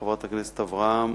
חברת הכנסת אברהם,